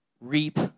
reap